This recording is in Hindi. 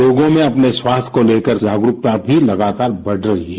लोगों में अपने स्वास्थ्य को लेकर जागरूकता भी लगातार बढ़ रही है